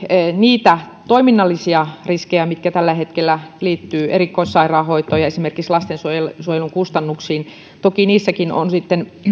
niitä toiminnallisia riskejä mitä tällä hetkellä liittyy erikoissairaanhoitoon ja esimerkiksi lastensuojelun kustannuksiin toki niissäkin on sitten